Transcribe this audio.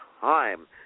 time